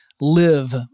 live